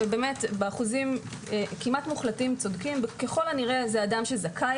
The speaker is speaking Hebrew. ובאמת באחוזים כמעט מוחלטים צודקים זה אדם שזכאי